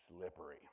slippery